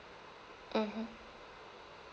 mmhmm